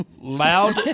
Loud